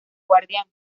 guardián